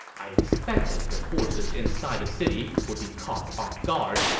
i expected the forces inside the city would be caught off guard,